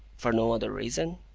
for no other reason?